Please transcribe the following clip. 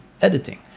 editing